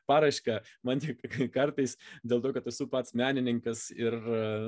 paraišką man tik kartais dėl to kad esu pats menininkas ir